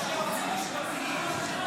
יש יועצים באולם?